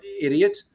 idiot